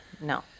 No